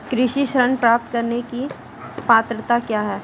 कृषि ऋण प्राप्त करने की पात्रता क्या है?